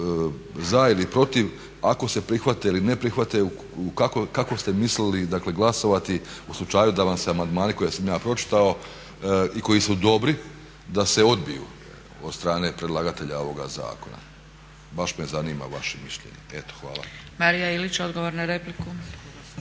za ili protiv ako se prihvate ili ne prihvate, kako ste mislili glasovati u slučaju da vam se amandmani koje sam ja pročitao i koji su dobri, da se odbiju od strane predlagatelja ovoga zakona. Baš me zanima vaše mišljenje. Eto hvala.